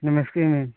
नमस्ते मैम